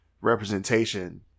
representation